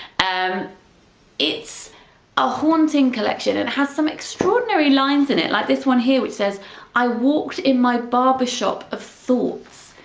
um it's a haunting collection and has some extraordinary lines in it like this one here which says i walked in my barber shop of thoughts.